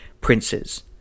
princes